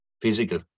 physical